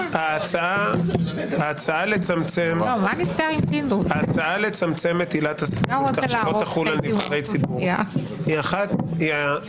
ההצעה לצמצם את עילת הסבירות כך שלא תחול על נבחרי ציבור היא ההצעה